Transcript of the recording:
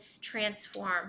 transform